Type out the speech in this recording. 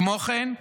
כמו כן,